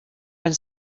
and